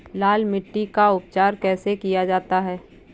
लाल मिट्टी का उपचार कैसे किया जाता है?